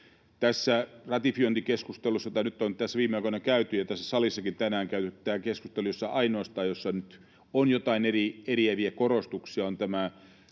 Tässä ratifiointikeskustelussa, jota nyt on tässä viime aikoina käyty, ja tässä salissakin tänään käydyssä keskustelussa, ainoastaan on joitain eriäviä korostuksia siinä,